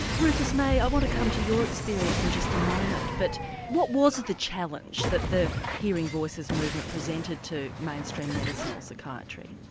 rufus may i want to come to your experience in just a moment but what was the challenge that the hearing voices movement presented to mainstream medicine or psychiatry?